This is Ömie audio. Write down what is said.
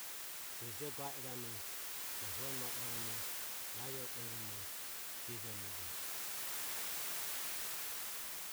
Je joe ga irane na hue mae ueromo vaive e ueromo jejemije.